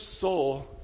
soul